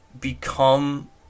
become